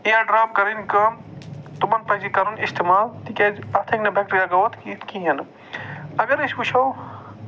اِیر drop کَرٕنۍ کٲم تمَن پَزِ یہِ کَرُن اِستعمال تِکیازِ اَتھ ہٮ۪کہِ نہٕ بٮ۪کٹیٖرِیا گروتھ کِہیٖنۍ نہٕ اَگر أسۍ وُچھو